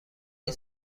این